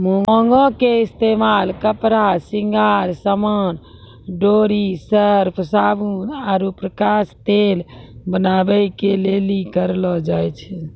भांगो के इस्तेमाल कपड़ा, श्रृंगार समान, डोरी, सर्फ, साबुन आरु प्रकाश तेल बनाबै के लेली करलो जाय छै